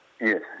Yes